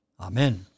Amen